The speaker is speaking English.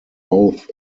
both